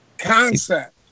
concept